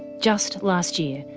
just last year,